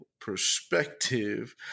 perspective